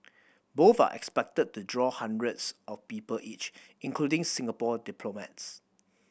both are expected to draw hundreds of people each including Singapore diplomats